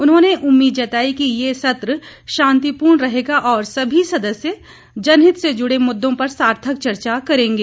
उन्होंने उम्मीद जताई कि ये सत्र शांतिपूर्ण रहेगा और सभी सदस्य जनहित से जुड़े मुद्दों पर सार्थक चर्चा करेंगे